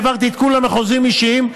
העברתי את כולם לחוזים אישיים,